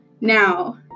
Now